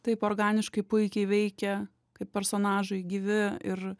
taip organiškai puikiai veikia kaip personažai gyvi ir